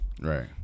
Right